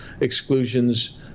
exclusions